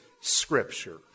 Scripture